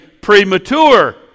premature